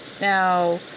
now